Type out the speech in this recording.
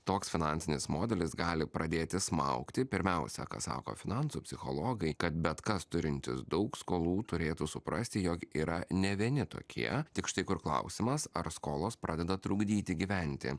toks finansinis modelis gali pradėti smaugti pirmiausia ką sako finansų psichologai kad bet kas turintis daug skolų turėtų suprasti jog yra ne vieni tokie tik štai kur klausimas ar skolos pradeda trukdyti gyventi